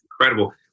incredible